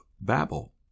Babel